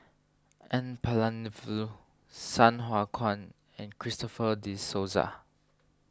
N Palanivelu Sai Hua Kuan and Christopher De Souza